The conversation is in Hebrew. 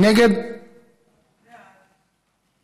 19 תומכים, אין מתנגדים, אין נמנעים.